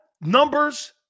numbers